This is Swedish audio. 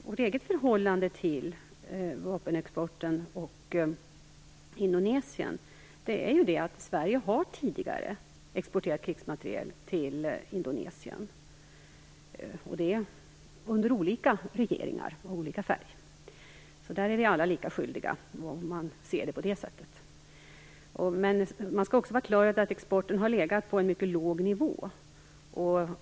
Vårt eget förhållande till vapenexporten och Indonesien är att Sverige tidigare har exporterat krigsmateriel till Indonesien. Det har skett under olika regeringar, av olika färg. Där är vi alla lika skyldiga, om man ser det på det sättet. Men man skall också vara på det klara med att exporten har legat på en mycket låg nivå.